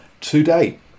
today